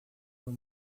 por